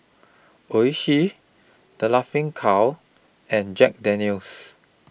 Oishi The Laughing Cow and Jack Daniel's